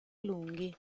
lunghi